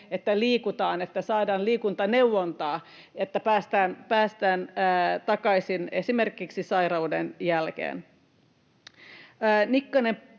että saadaan liikuntaneuvontaa, niin että päästään takaisin kuntoon esimerkiksi sairauden jälkeen? Edustaja